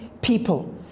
People